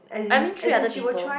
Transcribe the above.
I mean three other people